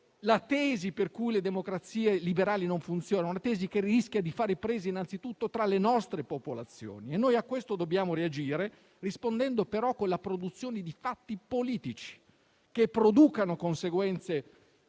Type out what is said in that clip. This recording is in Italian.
La tesi per cui le democrazie liberali non funzionano rischia di fare presa innanzitutto tra le nostre popolazioni e noi a questo dobbiamo reagire, rispondendo, però, con fatti politici, che producano conseguenze